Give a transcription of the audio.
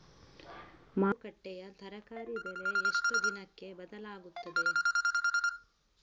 ಮಾರುಕಟ್ಟೆಯ ತರಕಾರಿ ಬೆಲೆ ಎಷ್ಟು ದಿನಕ್ಕೆ ಬದಲಾಗುತ್ತದೆ?